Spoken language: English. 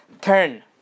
turn